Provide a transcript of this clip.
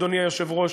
אדוני היושב-ראש,